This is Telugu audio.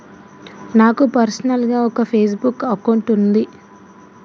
నాకు పర్సనల్ గా ఒక ఫేస్ బుక్ అకౌంట్ వున్నాది